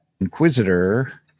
inquisitor